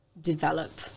develop